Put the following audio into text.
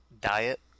diet